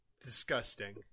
Disgusting